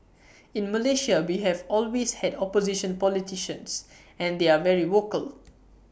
in Malaysia we have always had opposition politicians and they are very vocal